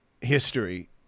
history